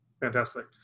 Fantastic